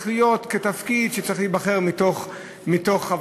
להיות בעל תפקיד שצריך להיבחר מתוך הדיינים.